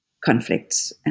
conflicts